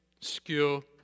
skill